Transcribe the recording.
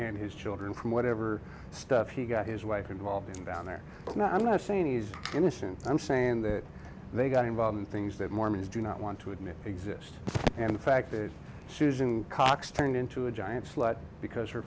and his children from whatever stuff he got his wife involved in down there and i'm not saying he's innocent i'm saying that they got involved in things that mormons do not want to admit exist and the fact that susan cox turned into a giant slut because her